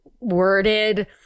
Worded